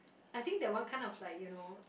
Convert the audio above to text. I think that one kind of like you know